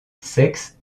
sexe